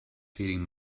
feeling